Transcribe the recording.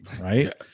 right